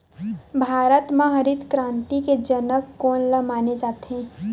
भारत मा हरित क्रांति के जनक कोन ला माने जाथे?